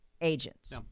agents